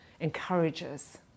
encourages